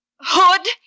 Hood